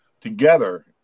together